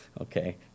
Okay